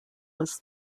was